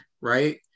right